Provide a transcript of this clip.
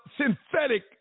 synthetic